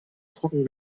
trocken